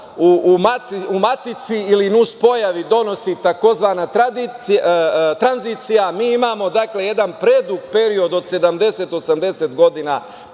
u matici, ili nus pojavi donosi tzv. tranzicija. Dakle, mi imamo jedan predug period od 70, 80 godina